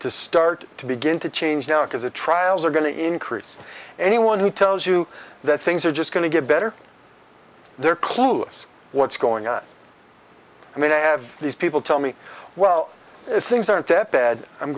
to start to begin to change now because the trials are going to increase anyone who tells you that things are just going to get better they're clueless what's going on i mean i have these people tell me well it's things aren't that bad i'm